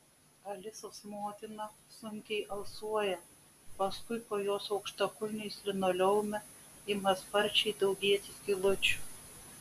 alisos motina sunkiai alsuoja paskui po jos aukštakulniais linoleume ima sparčiai daugėti skylučių